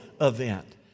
event